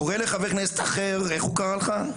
קורא לחבר הכנסת אחר איך הוא קרא לך?